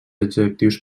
adjectius